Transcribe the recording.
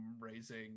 raising